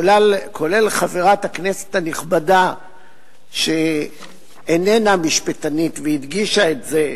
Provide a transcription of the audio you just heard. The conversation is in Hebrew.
כולל חברת הכנסת הנכבדה שאיננה משפטנית והדגישה את זה,